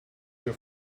your